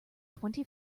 twenty